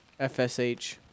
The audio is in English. FSH